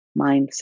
mindset